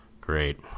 Great